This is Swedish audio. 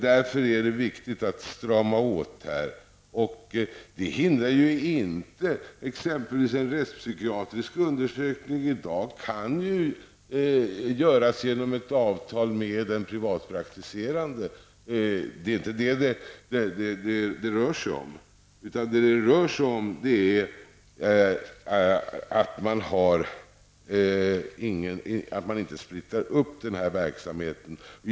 Därför är det viktigt att strama åt. Men det hindrar inte att exempelvis rättpsykiatrisk undersökning i dag kan göras enligt avtal med en privatpraktiserande läkare. Men det är inte detta frågan handlar om, utan det rör sig om att inte splittra upp verksamheten.